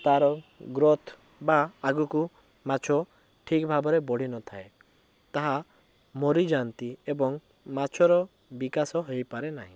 ତାର ଗ୍ରୋଥ୍ ବା ଆଗକୁ ମାଛ ଠିକ୍ ଭାବରେ ବଢ଼ିନଥାଏ ତାହା ମରିଯାଆନ୍ତି ଏବଂ ମାଛର ବିକାଶ ହେଇପାରେ ନାହିଁ